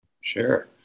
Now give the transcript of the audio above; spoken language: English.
Sure